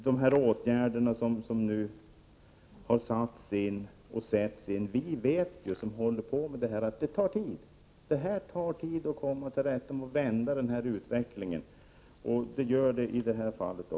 Vi som håller på med detta vet att de åtgärder som har satts in och kommer att sättas in kommer att ta tid. Det tar tid, men utvecklingen kommer att vända även i det här fallet.